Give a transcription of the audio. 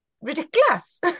ridiculous